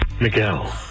Miguel